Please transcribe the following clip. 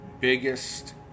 biggest